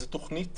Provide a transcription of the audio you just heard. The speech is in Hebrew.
זה תוכנית